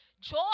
Joy